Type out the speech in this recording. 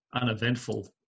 uneventful